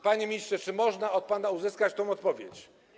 Panie ministrze, czy można od pana uzyskać tę odpowiedź?